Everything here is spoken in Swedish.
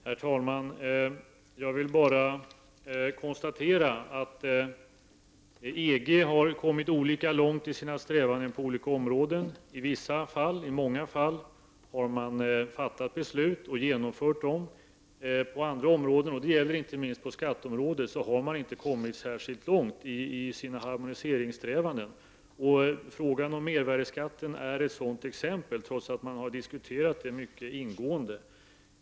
Herr talman! Jag konstaterar att man inom EG har kommit olika långt i sina strävanden på olika områden. I många fall har man fattat beslut och genomfört dem. På andra områden — inte minst på skatteområdet — har man inte kommit särskilt långt i sina harmoniseringssträvanden. Frågan om mervärdeskatten är ett sådant exempel, trots att man har diskuterat denna fråga mycket ingående.